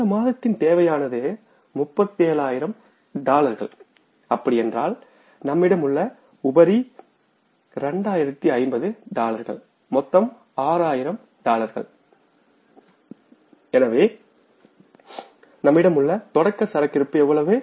கடந்த மாதத்தின் தேவையானது 37 ஆயிரம் டாலர்கள் என்றால் நம்மிடம் உள்ள உபரி 2050 டாலர்கள் மொத்தம் 6 ஆயிரம் டாலர்கள் எனவே நம்மிடம் உள்ள தொடக்க சரக்கு இருப்பு எவ்வளவு